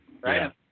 right